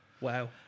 Wow